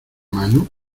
mano